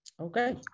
Okay